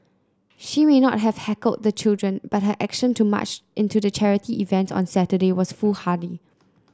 she may not have heckled the children but her action to march into the charity event on Saturday was foolhardy